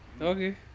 Okay